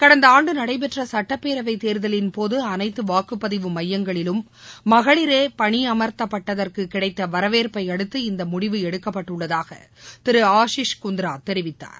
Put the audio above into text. கடந்த ஆண்டு நடடபெற்ற சுட்டப்பேரவை தேர்தலின்போது அனைத்து வாக்குப்பதிவு மையங்களிலும் மகளிரே பணியமர்த்தப்பட்டதற்கு கிடைத்த வரவேற்பையடுத்து இந்த முடிவு எடுக்கப்பட்டுள்ளதாக திரு அஷிஸ் குந்த்ரா தெரிவித்தார்